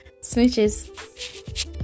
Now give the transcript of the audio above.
smooches